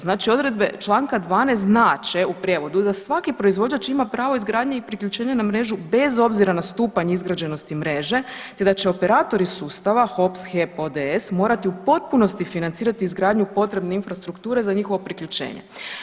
Znači odredbe čl. 12. znače u prijevodu da svaki proizvođač ima pravo izgradnje i priključenja na mrežu bez obzira na stupanj izgrađenosti mreže, te da će operatori sustava, HOPS, HEP ODS, morati u potpunosti financirati izgradnju potrebne infrastrukture za njihovo priključenje.